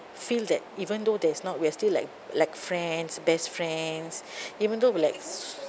feel that even though there's not we're still like like friends best friends even though we like